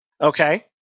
Okay